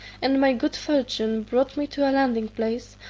and my good fortune brought me to a landing place,